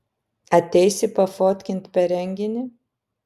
ateisi pafotkint per renginį